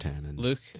Luke